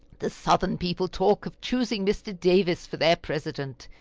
the southern people talk of choosing mr. davis for their president.